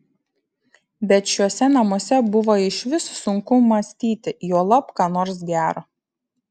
bet šiuose namuose buvo išvis sunku mąstyti juolab ką nors gero